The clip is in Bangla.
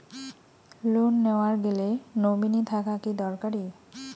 লোন নেওয়ার গেলে নমীনি থাকা কি দরকারী?